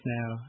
now